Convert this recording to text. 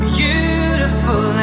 beautiful